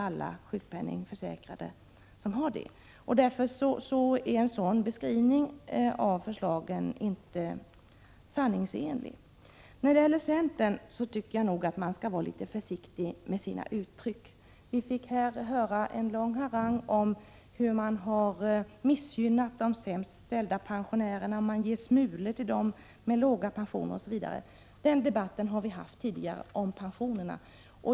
Alla sjukpenningförsäkrade har inte sjuklön. Därför är en sådan beskrivning av förslagen inte sanningsenlig. Jag tycker nog att centerns företrädare skall vara litet försiktiga med de uttryck de väljer. Vi fick här höra en lång harang om hur man missgynnat de sämst ställda pensionärerna. Man ger smulor till dem som har låga pensioner osv. Debatten om pensionerna har vi fört tidigare.